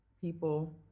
people